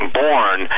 born